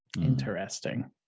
Interesting